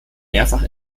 mehrfach